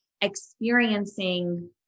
experiencing